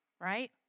right